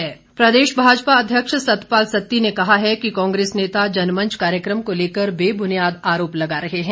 सत्ती प्रदेश भाजपा अध्यक्ष सतपाल सत्ती ने कहा है कि कांग्रेस नेता जनमंच कार्यक्रम को लेकर बेबुनियाद आरोप लगा रहे हैं